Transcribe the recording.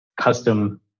custom